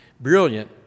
Brilliant